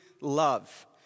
love